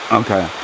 okay